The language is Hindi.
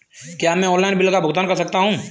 क्या मैं ऑनलाइन बिल का भुगतान कर सकता हूँ?